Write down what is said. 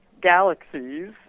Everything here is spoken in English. galaxies